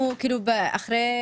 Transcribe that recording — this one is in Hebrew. אנחנו, אחרי